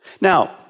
Now